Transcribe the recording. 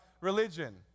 religion